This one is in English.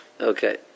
Okay